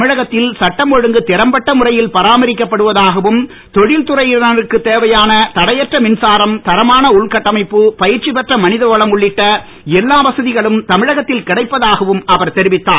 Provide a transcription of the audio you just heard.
தமிழகத்தில் சட்டம் ஒழுங்கு திறம்பட்ட முறையில் பராமரிக்கப் படுவதாகவும் தொழில் துறையினருக்குத் தேவையான தடையற்ற மின்சாரம் தரமான உள்கட்டமைப்பு பயிற்சிபெற்ற மனிதவளம் உள்ளிட்ட எல்லா வசதிகளும் தமிழகத்தில் கிடைப்பதாகவும் அவர் தெரிவித்தார்